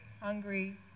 hungry